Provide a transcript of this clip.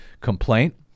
complaint